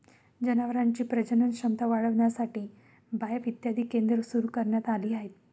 जनावरांची प्रजनन क्षमता वाढविण्यासाठी बाएफ इत्यादी केंद्रे सुरू करण्यात आली आहेत